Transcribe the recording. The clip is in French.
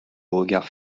regards